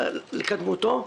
לקדמותו.